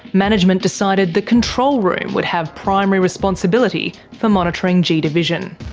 management decided the control room would have primary responsibility for monitoring g division.